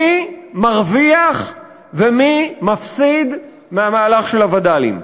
מי מרוויח ומי מפסיד מהמהלך של הווד"לים?